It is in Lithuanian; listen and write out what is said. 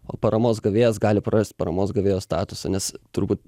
o paramos gavėjas gali prarasti paramos gavėjo statusą nes turbūt